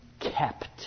kept